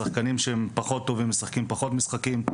שחקנים שהם פחות טובים משחקים פחות משחקים.